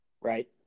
right